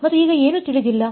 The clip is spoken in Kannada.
ಮತ್ತು ಈಗ ಏನು ತಿಳಿದಿಲ್ಲ